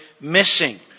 missing